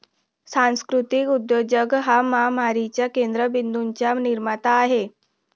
सांस्कृतिक उद्योजक हा महामारीच्या केंद्र बिंदूंचा निर्माता आहे